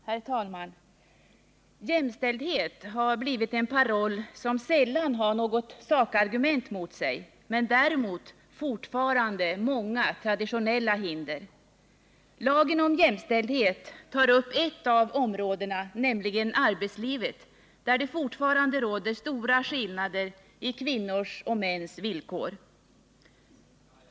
Herr talman! Jämställdhet har blivit en paroll som sällan har något sakargument mot sig men som det däremot fortfarande finns många traditionella hinder för. Lagen om jämställdhet tar upp ett av områdena, nämligen arbetslivet, där det fortfarande råder stora skillnader mellan kvinnors och mäns villkor.